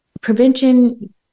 prevention